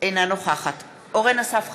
אינה נוכחת אורן אסף חזן,